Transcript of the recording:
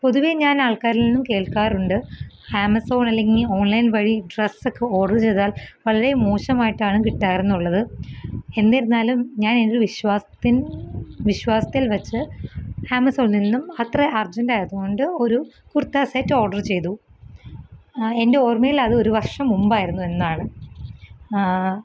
പൊതുവേ ഞാന് ആള്ക്കാരില് നിന്നും കേള്ക്കാറുണ്ട് ആമസോണ് അല്ലെങ്കിൽ ഓണ്ലൈന് വഴി ഡ്രസ്സൊക്കെ ഓര്ഡറ് ചെയ്താല് വളരെ മോശമായിട്ടാണ് കിട്ടാറെന്നുള്ളത് എന്നിരുന്നാലും ഞാന് എന്റെ വിശ്വാസത്തിൽ വിശ്വാസത്തില് വെച്ച് ആമസോണില് നിന്നും അത്ര അര്ജെൻറ്റ് ആയതുകൊണ്ട് ഒരു കുര്ത്ത സെറ്റ് ഓര്ഡര് ചെയ്തു എന്റെ ഓര്മയില് അത് ഒരു വര്ഷം മുന്പായിരുന്നു എന്നാണ്